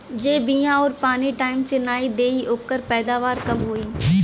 जे बिया आउर पानी टाइम से नाई देई ओकर पैदावार कम होई